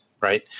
right